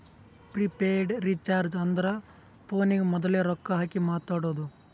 prepaid recharge ಅಂದುರ್ ಫೋನಿಗ ಮೋದುಲೆ ರೊಕ್ಕಾ ಹಾಕಿ ಮಾತಾಡೋದು